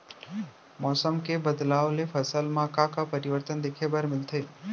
मौसम के बदलाव ले फसल मा का का परिवर्तन देखे बर मिलथे?